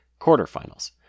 Quarterfinals